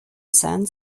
sand